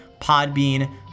Podbean